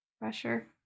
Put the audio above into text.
pressure